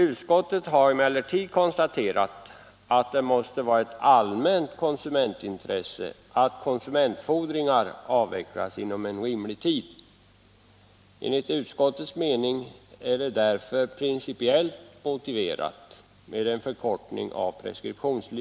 Utskottet har emellertid konstaterat att det måste vara ett allmänt konsumentintresse att konsumentfordringar avvecklas inom en rimlig tid. Enligt utskottets mening är det därför principiellt motiverat med en förkortning av preskriptionstiden.